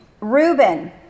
Reuben